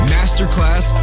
Masterclass